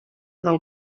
del